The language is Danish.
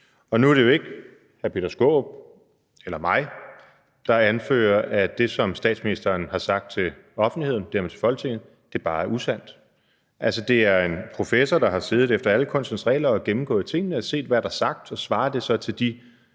Nu er det jo ikke hr. Peter Skaarup eller mig, der anfører, at det, som statsministeren har sagt til offentligheden og dermed til Folketinget, bare er usandt. Altså, det er en professor, der har siddet efter alle kunstens regler og gennemgået tingene og har set, hvad der er sagt, og om det så svarer